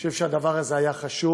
אני חושב שהדבר הזה היה חשוב,